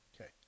Okay